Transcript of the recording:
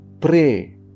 Pray